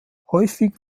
häufig